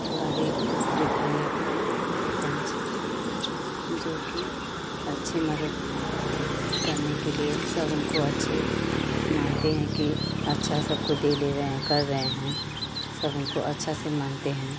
हमारे विधायक सरपंच जोकि अच्छे मरज करने के लिए सब उनको अच्छे मानते हैं कि अच्छा सबको दे ले रहे हैं कर रहे हैं सब उनको अच्छा से मानते हैं